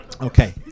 okay